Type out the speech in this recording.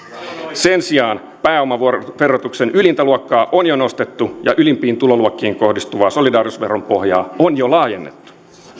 sen sijaan pääomaverotuksen ylintä luokkaa on jo nostettu ja ylimpiin tuloluokkiin kohdistuvaa solidaarisuusveron pohjaa on jo laajennettu